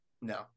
no